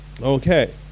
Okay